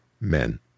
men